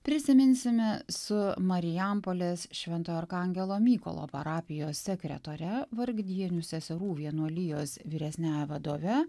prisiminsime su marijampolės švento arkangelo mykolo parapijos sekretore vargdienių seserų vienuolijos vyresniąja vadove